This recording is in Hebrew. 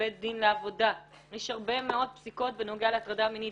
שבבית דין לעבודה יש הרבה מאוד פסיקות בנוגע להטרדה מינית